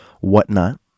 whatnot